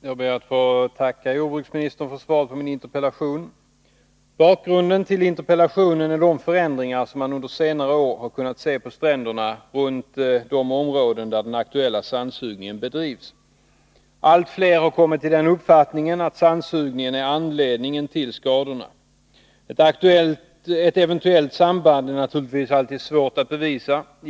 Herr talman! Jag ber att få tacka jordbruksministern för svaret på min interpellation. Bakgrunden till interpellationen är de förändringar som man under senare år har kunnat se på stränderna runt de områden där den aktuella sandsugningen bedrivs. Allt fler har kommit till den uppfattningen att sandsugningen är orsaken till skadorna. Ett eventuellt samband är naturligtvis svårt att bevisa.